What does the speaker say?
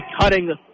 cutting